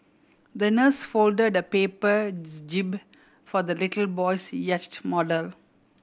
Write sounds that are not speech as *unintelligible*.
the nurse folded the paper *unintelligible* jib for the little boy's yacht model